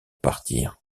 partir